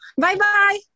Bye-bye